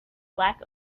lack